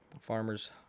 farmers